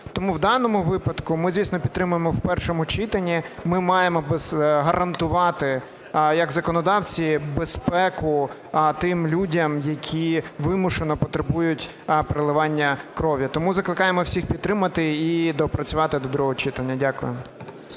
Тому в даному випадку ми, звісно, підтримаємо в першому читанні. Ми маємо гарантувати як законодавці безпеку тим людям, які вимушено потребують переливання крові. Тому закликаємо всіх підтримати і доопрацювати до другого читання. Дякую.